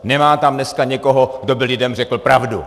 Nemá tam dneska někoho, kdo by lidem řekl pravdu.